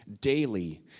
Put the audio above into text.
daily